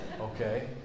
okay